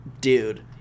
dude